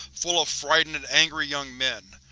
full of frightened and angry young men.